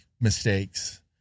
mistakes